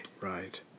Right